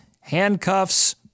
Handcuffs